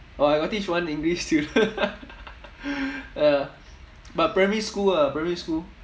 oh I got teach one english student ya but primary school ah primary school